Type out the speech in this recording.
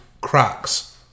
Crocs